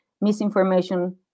misinformation